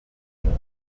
regel